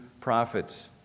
prophets